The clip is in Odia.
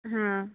ହଁ